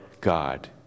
God